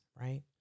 Right